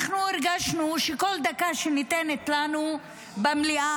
אנחנו הרגשנו שבכל דקה שניתנת לנו במליאה